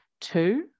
Two